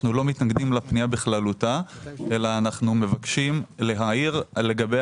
אנחנו לא מתנגדים לפנייה בכללותה אלא מבקשים להעיר לגבי